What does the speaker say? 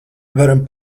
varam